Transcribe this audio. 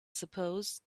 suppose